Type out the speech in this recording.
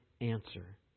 answer